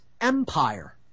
Empire